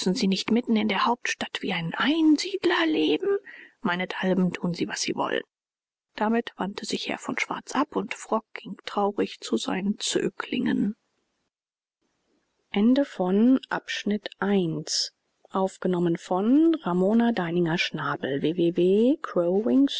sie nicht mitten in der hauptstadt wie ein einsiedler leben meinethalben tun sie was sie wollen damit wandte sich herr von schwarz ab und frock ging traurig zu seinen zöglingen